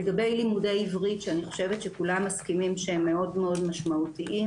לגבי לימודי עברית שאני חושבת שכולם מסכימים שהם מאוד מאוד משמעותיים,